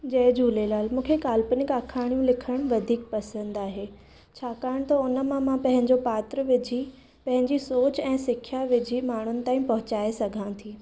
जय झूलेलाल मूंखे काल्पनिक आखाणियूं लिखणु वधीक पसंदि आहे छाकाणि त हुनमां मां पंहिंजो पात्र विझी पंहिंजी सोचु ऐं सिखिया विझी माण्हुनि ताईं पहुचाए सघां थी